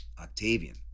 Octavian